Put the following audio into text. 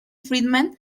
friedman